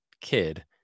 kid